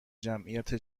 جمعیت